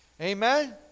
Amen